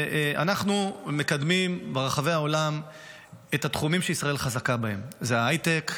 אנחנו מקדמים ברחבי העולם את התחומים שישראל חזקה בהם: זה ההייטק,